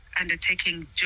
undertaking